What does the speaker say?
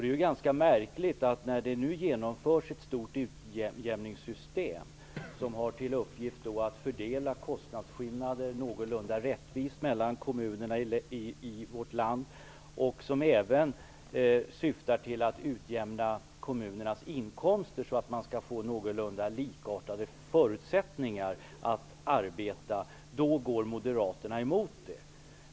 Det är ganska märkligt, men när det nu genomförs ett stort utjämningssystem som har till uppgift att utjämna kostnadsskillnader mellan kommunerna i vårt land så att det blir någorlunda rättvist och som även syftar till att utjämna kommunernas inkomster så att man skall få någorlunda likartade förutsättningar att arbeta då går Moderaterna emot det.